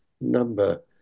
number